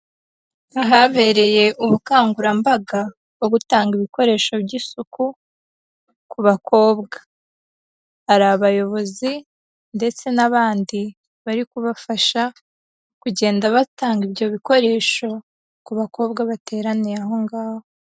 Ahabereye ubukangurambaga bwo gutanga ibikoresho by'isuku ku bakobwa, hari abayobozi ndetse n'abandi bari kubafasha kugenda batanga ibyo bikoresho ku bakobwa bateraniye aho ngaho.